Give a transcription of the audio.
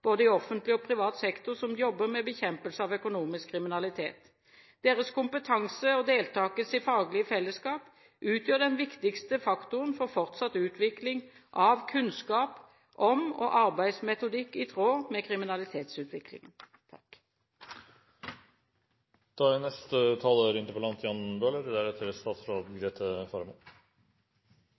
både i offentlig og privat sektor som jobber med bekjempelse av økonomisk kriminalitet. Deres kompetanse og deltakelse i faglige fellesskap utgjør den viktigste faktoren for fortsatt utvikling av kunnskap og arbeidsmetodikk i tråd med kriminalitetsutviklingen.